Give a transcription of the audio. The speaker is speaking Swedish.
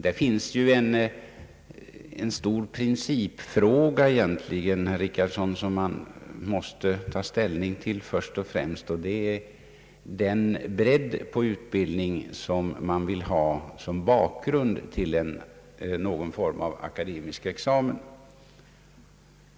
Det finns ju här en stor principfråga, herr Richardson, som man måste ta ställning till först och främst, och det är vilken bredd på utbildningen man vill ha som bakgrund till någon form av akademisk examen.